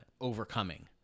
overcoming